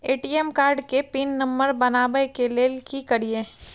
ATM card के pin number बनाबै के लेल की करिए?